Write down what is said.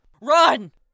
RUN